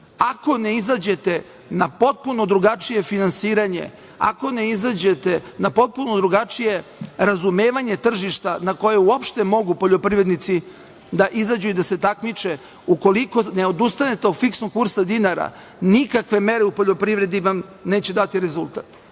Ako ne izađete na potpuno drugačije finansiranje, ako ne izađete na potpuno drugačije razumevanje tržišta na koje uopšte mogu poljoprivrednici da izađu i da se takmiče, ukoliko ne odustanete od fiksnog kursa dinara, nikakve mere u poljoprivredi vam neće dati rezultat.U